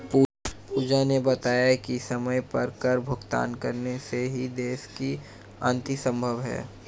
पूजा ने बताया कि समय पर कर भुगतान करने से ही देश की उन्नति संभव है